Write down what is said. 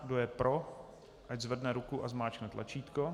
Kdo je pro, ať zvedne ruku a zmáčkne tlačítko.